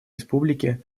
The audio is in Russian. республики